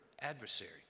adversary